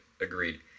agreed